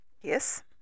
Yes